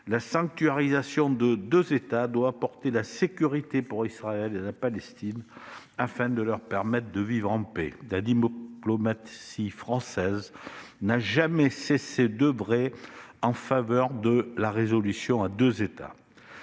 La sanctuarisation de deux États doit apporter la sécurité pour Israël et la Palestine, afin de leur permettre de vivre en paix. La diplomatie française n'a jamais cessé d'oeuvrer en faveur de la solution à deux États.